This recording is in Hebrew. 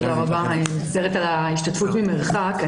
תודה רבה, אני מצטערת על ההשתתפות ממרחק.